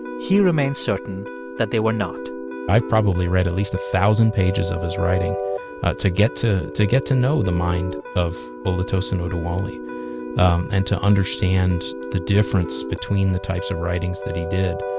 he remains certain that they were not i've probably read at least a thousand pages of his writing to get to to get to know the mind of olutosin oduwole um and to understand the difference between the types of writings that he did.